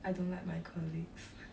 I don't like my colleagues